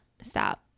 Stop